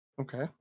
okay